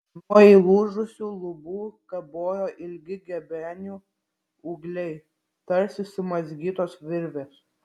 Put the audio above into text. nuo įlūžusių lubų kabojo ilgi gebenių ūgliai tarsi sumazgytos virvės